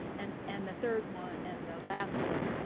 and and the third one, and the last one,